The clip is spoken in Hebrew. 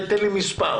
תן לי מספר.